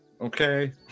okay